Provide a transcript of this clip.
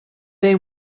they